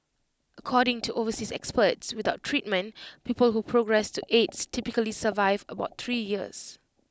according to overseas experts without treatment people who progress to aids typically survive about three years